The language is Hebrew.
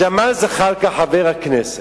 ג'מאל זחאלקה, חבר הכנסת,